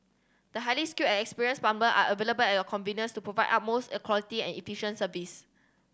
the highly skilled and experienced plumber are available at your convenience to provide utmost a quality and efficient service